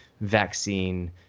vaccine